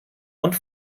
und